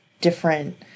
different